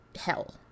hell